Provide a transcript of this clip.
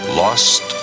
lost